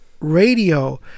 radio